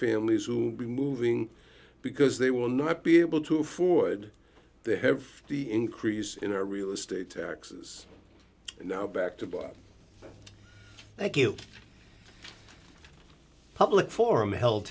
families who will be moving because they will not be able to afford to have the increase in their real estate taxes now back to bob thank you public forum held